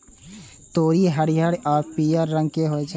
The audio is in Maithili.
तोरी हरियर आ पीयर रंग के होइ छै